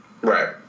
Right